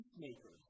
peacemakers